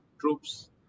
troops